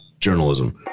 journalism